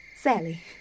Sally